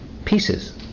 pieces